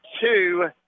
two